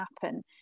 happen